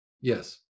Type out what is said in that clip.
Yes